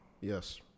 Yes